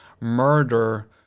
murder